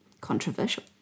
Controversial